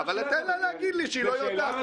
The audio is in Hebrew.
אז תן לה להגיד לי שהיא לא יודעת.